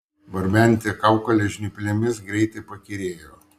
barbenti kaukolę žnyplėmis greitai pakyrėjo